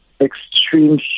extreme